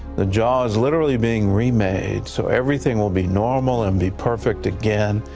the jaw is literally being remade so everything will be normal and be perfect again,